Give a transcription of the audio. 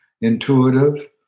intuitive